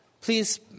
Please